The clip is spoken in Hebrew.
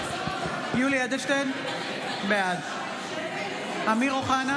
יולי יואל אדלשטיין, בעד אמיר אוחנה,